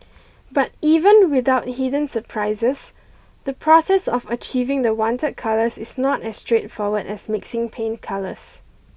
but even without hidden surprises the process of achieving the wanted colours is not as straightforward as mixing paint colours